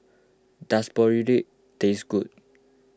Does Boribap taste good